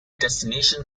destination